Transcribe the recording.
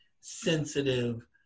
sensitive